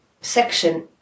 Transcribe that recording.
section